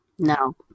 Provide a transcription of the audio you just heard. No